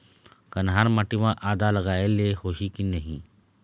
कन्हार माटी म आदा लगाए ले होही की नहीं?